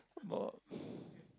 about